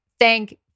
thank